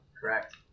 Correct